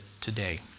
today